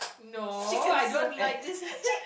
no I don't like this